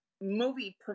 movie